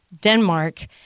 Denmark